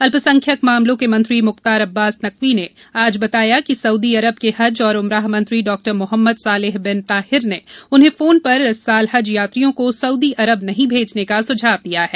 अल्पसंख्यक मामलों के मंत्री मुख्तार अब्बास नकवी ने आज बताया कि सऊदी अरब के हज और उमराह मंत्री डॉमोहम्मद सालेह बिन ताहिर ने उन्हें फोन पर इस साल हज यात्रियों को सउदी अरब नहीं भेजने का सुझाव दिया है